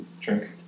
drink